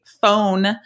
phone